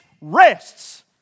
rests